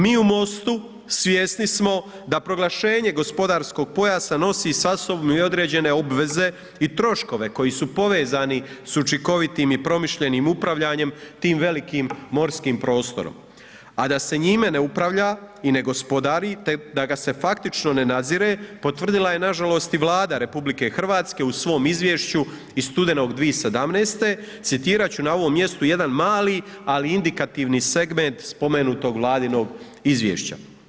Mi u MOSTU svjesni smo da proglašenje gospodarskog pojasa nosi sa sobom i određene obveze i troškove koji su povezani s učinkovitim i promišljenim upravljanjem tim velikim morskim prostorom, a da se njime ne upravlja i ne gospodari te da ga se faktično ne nadzire potvrdila je nažalost i Vlada RH u svom izvješću iz studenog 2017., citirat ću na ovom mjestu jedan mali, ali indikativni segment spomenutog Vladinog izvješća.